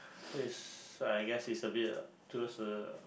it's I guess it's a bit uh towards the